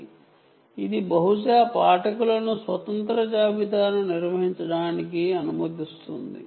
రెండవది బహుళ రీడర్లను స్వతంత్ర జాబితాలను నిర్వహించడానికి అనుమతిస్తుంది